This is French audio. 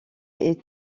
est